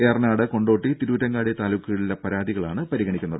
എറനാട് കൊണ്ടോട്ടി തിരൂരങ്ങാടി താലൂക്കുകളിലെ പരാതികളാണ് പരിഗണിക്കുന്നത്